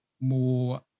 more